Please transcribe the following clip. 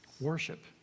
Worship